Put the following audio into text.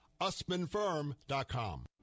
usmanfirm.com